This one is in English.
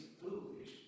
foolish